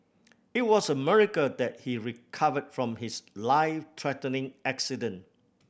it was a miracle that he recovered from his life threatening accident